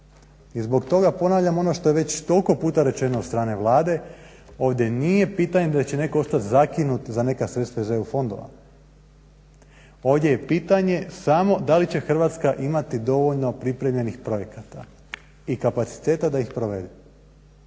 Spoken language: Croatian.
I zbog toga, ponavljam ono što je već toliko puta rečeno od strane Vlade, ovdje nije pitanje da će se netko ostat zakinut za neka sredstva iz EU fondova, ovdje je pitanje samo da li će Hrvatska imati dovoljno pripremljenih projekata i kapaciteta da ih provede.